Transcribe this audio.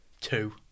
two